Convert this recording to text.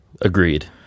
Agreed